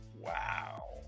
wow